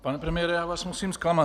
Pane premiére, já vás musím zklamat.